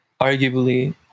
arguably